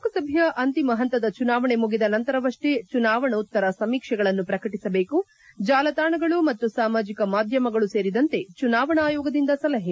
ಲೋಕಸಭೆಯ ಅಂತಿಮ ಹಂತದ ಚುನಾವಣೆ ಮುಗಿದ ನಂತರವಷ್ಷೇ ಚುನಾವಣೋತ್ತರ ಸಮೀಕ್ಷೆಗಳನ್ನು ಪ್ರಕಟಸಬೇಕು ಜಾಲತಾಣಗಳು ಮತ್ತು ಸಾಮಾಜಿಕ ಮಾದ್ವಮಗಳು ಸೇರಿದಂತೆ ಚುನಾವಣಾ ಆಯೋಗದಿಂದ ಸಲಹೆ